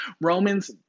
Romans